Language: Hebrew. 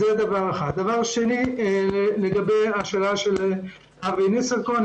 לגבי השאלה של אבי ניסנקורן,